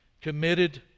committed